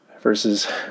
versus